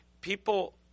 people